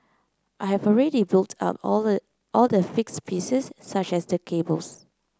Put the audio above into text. I have already built up all the all the fixed pieces such as the cables